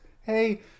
hey